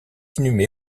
inhumé